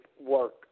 work